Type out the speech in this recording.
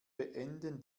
beenden